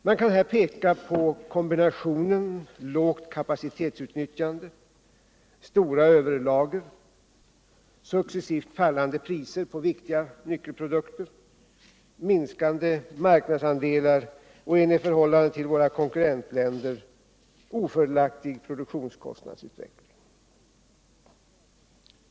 Man kan här peka på kombinationen lågt kapacitetsutnyttjande, stora överlager, successivt fallande priser på viktiga nyckelprodukter, minskade marknadsandelar och en i förhållande till våra konkurrentländer ofördelaktig produktionskostnadsutveckling.